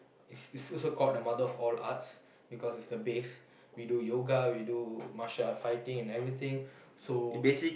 is is is also called the mother of all arts because is the base we do yoga we do martial art fighting and everything so